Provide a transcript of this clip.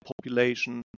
population